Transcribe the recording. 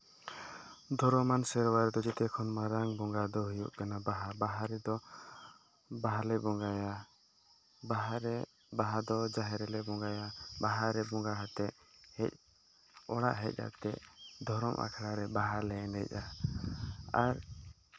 ᱫᱷᱚᱨᱚᱢᱟᱱ ᱥᱮᱨᱣᱟ ᱨᱮᱫᱚ ᱡᱮᱛᱮ ᱠᱷᱚᱱ ᱢᱟᱨᱟᱝ ᱵᱚᱸᱜᱟ ᱫᱚ ᱦᱩᱭᱩᱜ ᱠᱟᱱᱟ ᱵᱟᱦᱟ ᱵᱟᱦᱟ ᱨᱮᱫᱚ ᱵᱟᱦᱟ ᱞᱮ ᱵᱚᱸᱜᱟᱭᱟ ᱵᱟᱦᱟ ᱨᱮ ᱫᱚ ᱡᱟᱦᱮᱨ ᱨᱮᱞᱮ ᱵᱚᱸᱜᱟᱭᱟ ᱵᱟᱦᱟ ᱨᱮ ᱵᱚᱸᱜᱟ ᱟᱛᱮᱡ ᱦᱮᱡ ᱚᱲᱟᱜ ᱦᱮᱡ ᱟᱛᱮᱡ ᱫᱷᱚᱨᱚᱢ ᱟᱠᱷᱲᱟ ᱨᱮ ᱵᱟᱦᱟ ᱞᱮ ᱮᱱᱮᱡᱟ ᱟᱨ